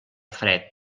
fred